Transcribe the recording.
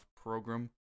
program